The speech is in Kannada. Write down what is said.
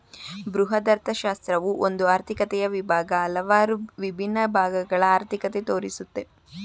ಬೃಹದರ್ಥಶಾಸ್ತ್ರವು ಒಂದು ಆರ್ಥಿಕತೆಯ ವಿಭಾಗ, ಹಲವಾರು ವಿಭಿನ್ನ ಭಾಗಗಳ ಅರ್ಥಿಕತೆ ತೋರಿಸುತ್ತೆ